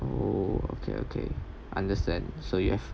oh okay okay understand so you have